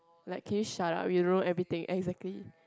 like can you shut up you know everything exactly